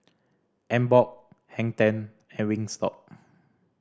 Emborg Hang Ten and Wingstop